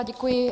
Děkuji.